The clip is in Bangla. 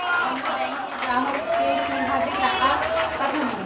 অন্য ব্যাংকের গ্রাহককে কিভাবে টাকা পাঠাবো?